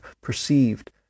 perceived